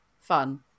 fun